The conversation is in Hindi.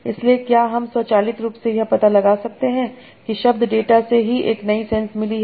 इसलिए क्या हम स्वचालित रूप से यह पता लगा सकते हैं कि शब्द डेटा से ही एक नई सेंस मिली है